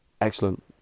Excellent